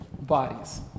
bodies